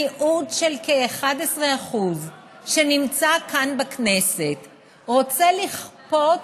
מיעוט של כ-11% שנמצא כאן בכנסת, רוצה לכפות